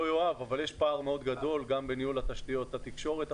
לא יאהב אבל יש פער מאוד גדול גם בניהול תשתיות התקשורת,